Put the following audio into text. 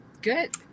good